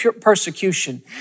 persecution